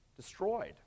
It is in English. destroyed